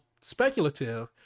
speculative